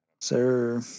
Sir